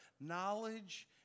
Knowledge